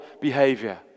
behavior